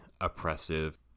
oppressive